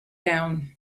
down